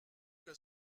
que